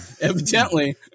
evidently